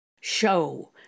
show